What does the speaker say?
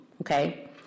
Okay